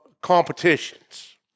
competitions